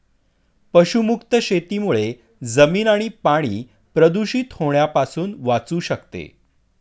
पशुमुक्त शेतीमुळे जमीन आणि पाणी प्रदूषित होण्यापासून वाचू शकते